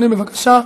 אדוני, בבקשה.